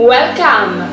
Welcome